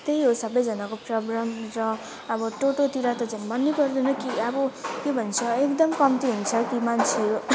त्यही हो सबजनाको प्रब्लम र अब टोटोतिर त झन् भन्नै पर्दैन कि अब के भन्छ एकदम कम्ती हुन्छ ती मान्छेहरू